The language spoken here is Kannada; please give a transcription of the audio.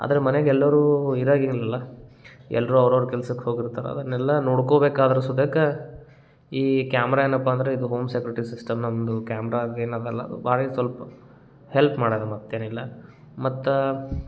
ಆದರ ಮನೆಗೆಲ್ಲರೂ ಇರಗಿಲ್ಲಲ ಎಲ್ಲರು ಅವ್ರವ್ರ ಕೆಲ್ಸಕ್ಕೆ ಹೋಗಿರ್ತಾರ ಅದನೆಲ್ಲಾ ನೋಡ್ಕೊಬೇಕಾದರು ಸುದಕ್ಕ ಈ ಕ್ಯಾಮ್ರ ಏನಪ್ಪ ಅಂದ್ರ ಇದು ಹೋಮ್ ಸೆಕ್ಯುರಿಟಿ ಸಿಸ್ಟಮ್ ನಮ್ಮದು ಕ್ಯಾಮ್ರಾಗೇನದಲ್ಲ ಅದು ಭಾರೀ ಸೊಲ್ಪ ಹೆಲ್ಪ್ ಮಾಡಾಕೆ ಮತ್ತೇನಿಲ್ಲ ಮತ್ತು